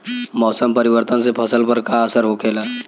मौसम परिवर्तन से फसल पर का असर होखेला?